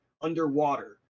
underwater